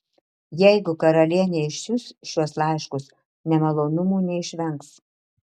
jeigu karalienė išsiųs šiuos laiškus nemalonumų neišvengs